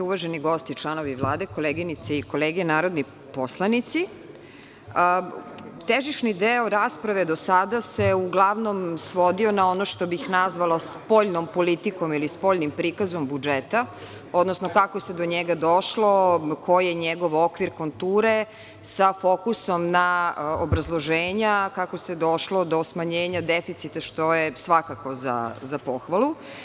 Uvaženi gosti članovi Vlade, koleginice i kolege narodni poslanici, težišni deo rasprave do sada se uglavnom svodio na ono što bih nazvala spoljnom politikom ili spoljnim prikazom budžeta, odnosno kako se do njega došlo, koji je njegov okvir, konture, sa fokusom na obrazloženja kako se došlo do smanjenja deficita, što je svakako za pohvalu.